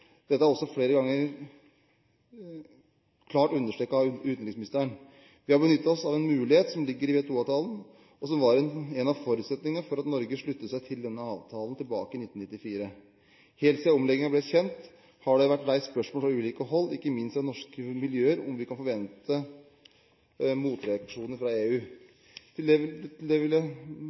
Dette er også flere ganger klart understreket av utenriksministeren. Vi har benyttet oss av en mulighet som ligger i WTO-avtalen, og som var en av forutsetningene for at Norge sluttet seg til denne avtalen tilbake i 1994. Helt siden omleggingen ble kjent, har det vært reist spørsmål fra ulike hold, ikke minst fra norske miljøer, om vi kan forvente motreaksjoner fra EU. Til det vil